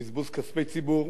בזבוז כספי ציבור.